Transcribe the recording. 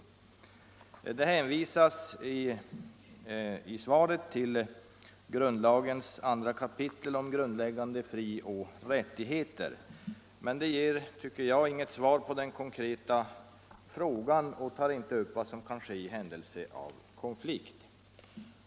I svaret hänvisas till grundlagens andra kapitel om grundläggande frioch rättigheter, men det ger inget svar på den konkreta frågan och tar inte upp vad som kan ske i händelse av konflikt.